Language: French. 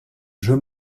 jeux